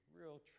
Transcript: real